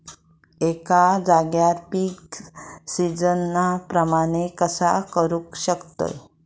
एका जाग्यार पीक सिजना प्रमाणे कसा करुक शकतय?